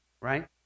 right